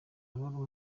baruwa